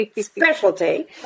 specialty